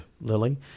Lily